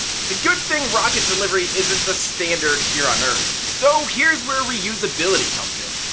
it's a good thing rocket delivery isn't the standard here on earth. so here's where reusability comes in.